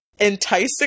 Enticing